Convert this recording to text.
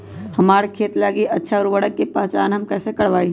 हमार खेत लागी अच्छा उर्वरक के पहचान हम कैसे करवाई?